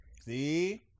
see